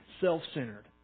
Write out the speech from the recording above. self-centered